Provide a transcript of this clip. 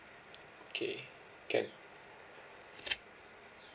okay can